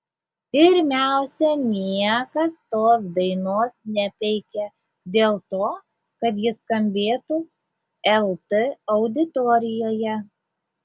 pirmiausia niekas tos dainos nepeikė dėl to kad ji skambėtų lt auditorijoje